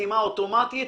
חסימה אוטומטית,